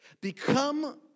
Become